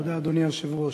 אדוני היושב-ראש,